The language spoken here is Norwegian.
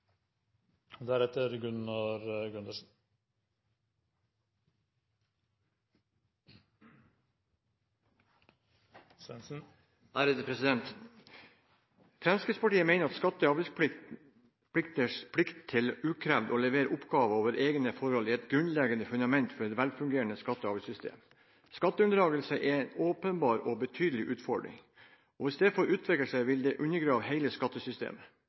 Fremskrittspartiet mener skatte- og avgiftspliktiges plikt til ukrevd å levere oppgaver over egne forhold er et grunnleggende fundament for et velfungerende skatte- og avgiftssystem. Skatteunndragelser er en åpenbar og betydelig utfordring, og hvis det får utvikle seg, vil det undergrave hele skattesystemet.